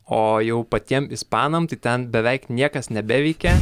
o jau patiem ispanam tai ten beveik niekas nebeveikia